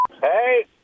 Hey